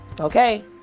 okay